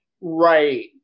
Right